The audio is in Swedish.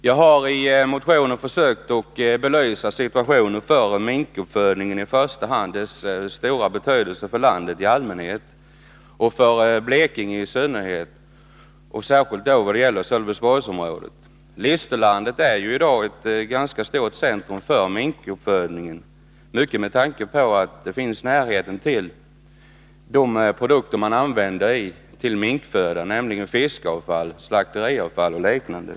Jag har i motionen försökt belysa situationen för minkuppfödningen, i första hand dennas stora betydelse för landet i allmänhet och för Blekinge i synnerhet, särskilt i vad avser Sölvesborgsområdet. Listerlandet är i dag ett ganska stort centrum för minkuppfödning, vilket bl.a. beror på närheten till produkter som används till minkföda, dvs. fiskavfall, slakteriavfall och liknande.